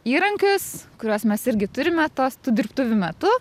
įrankius kuriuos mes irgi turime tos tų dirbtuvių metu